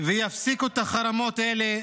ויפסיקו את החרמות האלה